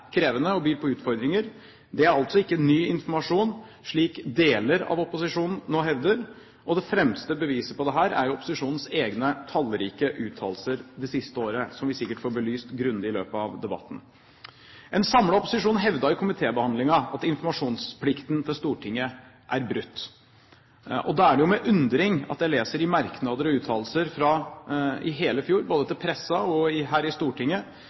krevende og byr på utfordringer. Dette er altså ikke ny informasjon, slik deler av opposisjonen nå hevder, og det fremste beviset på dette er jo opposisjonens egne tallrike uttalelser det siste året, som vi sikkert får belyst grundig i løpet av debatten. En samlet opposisjon hevdet i komitébehandlingen at informasjonsplikten til Stortinget er brutt. Da er det jo med undring jeg leser i merknader og uttalelser i hele fjor, både til pressen og her i Stortinget,